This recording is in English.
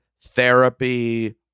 therapy